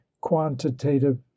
quantitative